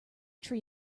tree